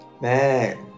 Man